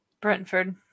Brentford